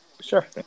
Sure